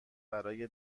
برای